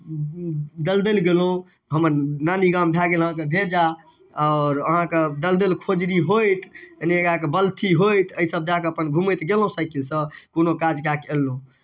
दलदैल गेलहुँ हमर नानीगाम भए गेल अहाँके भेजा आओर अहाँके दलदैल खजुरी होइत एन्ने अहाँके बल्थी होइत एहिसभ दए कऽ अपन घूमैत गेलहुँ साइकिलसँ कोनो काज कए कऽ एलहुँ